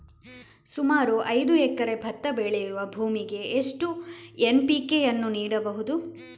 ಸುಮಾರು ಐದು ಎಕರೆ ಭತ್ತ ಬೆಳೆಯುವ ಭೂಮಿಗೆ ಎಷ್ಟು ಎನ್.ಪಿ.ಕೆ ಯನ್ನು ನೀಡಬಹುದು?